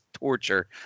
Torture